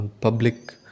public